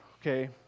Okay